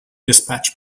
dispatch